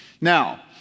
Now